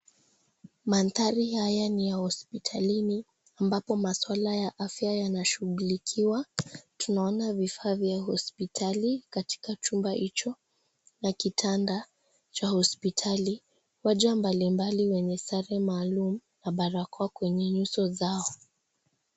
Mandhari haya ni ya hospitalini ambapo maswala ya afya yanashughulikiwa, tunaona vifaa vya hospitali katika chumba hicho na kitanda cha hospitali, wagonjwa mbalimbali wenye sare maalum na barakoa kwenye nyuso zao.